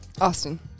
Austin